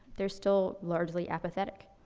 they're still largely apathetic.